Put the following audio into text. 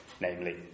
namely